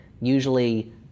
usually